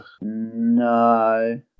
No